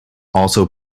also